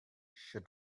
should